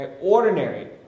ordinary